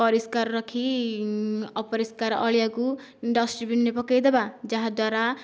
ପରିଷ୍କାର ରଖି ଅପରିଷ୍କାର ଅଳିଆକୁ ଡଷ୍ଟବିନରେ ପକାଇ ଦେବା ଯାହାଦ୍ୱାରା